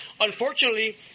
Unfortunately